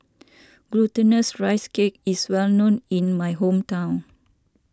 Glutinous Rice Cake is well known in my hometown